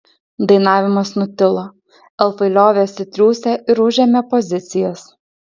dainavimas nutilo elfai liovėsi triūsę ir užėmė pozicijas